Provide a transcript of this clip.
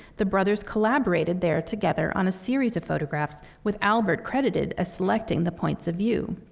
the brothers collaborated there together on a series of photographs, with albert credited as selecting the points of view.